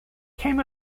came